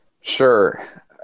Sure